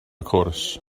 cwrs